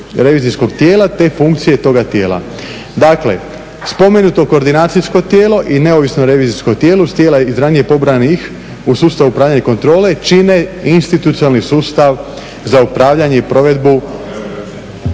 revizijskog tijela te funkcije toga tijela. Dakle, spomenuto koordinacijskog tijelo i neovisno revizijsko tijelo, tijela iz ranije pobrojanih u sustavu upravljanja i kontrole čine institucionalni sustav za upravljanje i provedbu